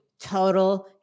total